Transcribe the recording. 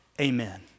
Amen